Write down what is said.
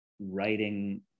writing